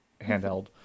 handheld